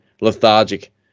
lethargic